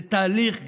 זה תהליך גרוע,